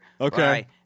Okay